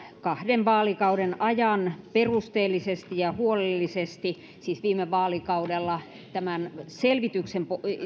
kahden vaalikauden ajan perusteellisesti ja huolellisesti viime vaalikaudella tämän selvityksen